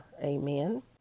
Amen